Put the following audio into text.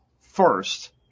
first